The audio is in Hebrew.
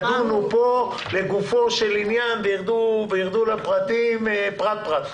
ידונו פה לגופו של עניין וירדו לפרטים פרט-פרט,